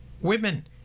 women